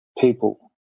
people